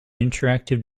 interactive